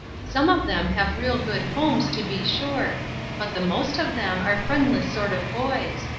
some of them have real good homes, to be sure but the most of them are friendless sort of boys.